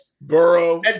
Burrow